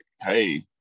hey